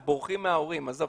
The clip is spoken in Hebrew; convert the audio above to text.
הם בורחים מההורים, עזוב.